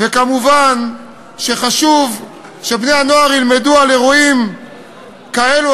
וכמובן שחשוב שבני-הנוער ילמדו על אירועים כאלה,